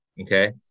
Okay